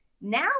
now